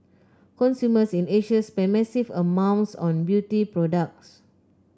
consumers in Asia spend massive amounts on beauty products